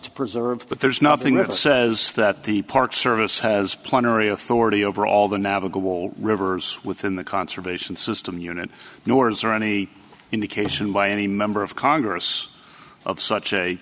to preserve but there's nothing that says that the park service has plenary authority over all the navigable rivers within the conservation system unit nor is there any indication by any member of congress of such